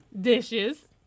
dishes